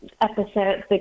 Episode